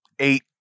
eight